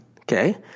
okay